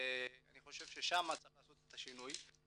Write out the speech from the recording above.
אני חושב ששם צריך לעשות את השינוי.